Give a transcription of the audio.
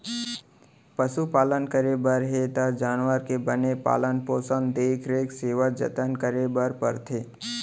पसु पालन करे बर हे त जानवर के बने पालन पोसन, देख रेख, सेवा जनत करे बर परथे